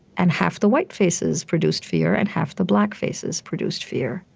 and half the white faces produced fear and half the black faces produced fear,